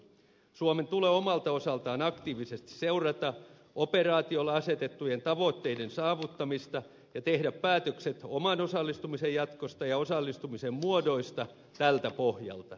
suomen tulee omalta osaltaan aktiivisesti seurata operaatiolle asetettujen tavoitteiden saavuttamista ja tehdä päätökset oman osallistumisen jatkosta ja osallistumisen muodoista tältä pohjalta